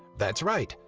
that's right,